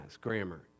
grammar